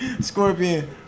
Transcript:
Scorpion